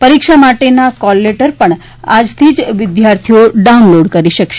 પરીક્ષા માટેના કોલલેટર પણ આજ થી જ વિદ્યાર્થીઓ ડાઉનલોડ કરી શકશે